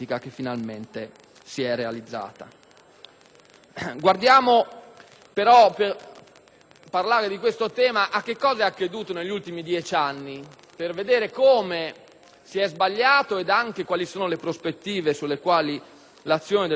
bisogna vedere cosa è accaduto negli ultimi dieci anni, per vedere come si è sbagliato e quali sono le prospettive sulle quali l'azione del Governo ci ha oggi condotto.